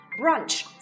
Brunch